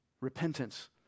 repentance